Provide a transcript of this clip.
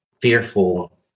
fearful